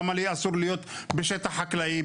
למה לי אסור להיות בשטח חקלאי,